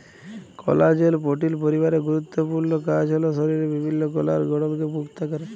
কলাজেল protein পরিবারের গুরুত্তপুর্ল কাজ হ্যল শরীরের বিভিল্ল্য কলার গঢ়লকে পুক্তা ক্যরা